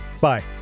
Bye